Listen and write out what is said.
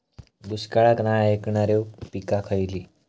दुष्काळाक नाय ऐकणार्यो पीका खयली?